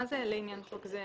מה זה לעניין חוק זה?